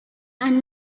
and